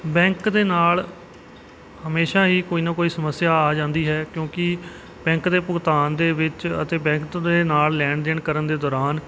bank ਦੇ ਨਾਲ ਹਮੇਸ਼ਾ ਹੀ ਕੋਈ ਨਾ ਕੋਈ ਸਮੱਸਿਆ ਆ ਜਾਂਦੀ ਹੈ ਕਿਉਂਕਿ ਬੈਂਕ ਦੇ ਭੁਗਤਾਨ ਦੇ ਵਿੱਚ ਅਤੇ ਬੈਂਕ ਦੇ ਨਾਲ ਲੈਣ ਦੇਣ ਕਰਨ ਦੇ ਦੌਰਾਨ